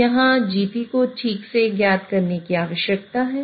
तो यहाँ Gp को ठीक से ज्ञात करने की आवश्यकता है